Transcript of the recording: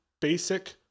basic